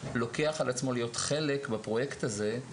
לוקח על עצמו להיות חלק מהפרויקט הזה.